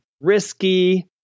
risky